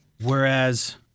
whereas